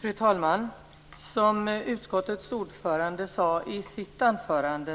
Fru talman! Som utskottets ordförande sade i sitt anförande